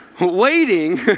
waiting